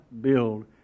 build